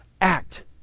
act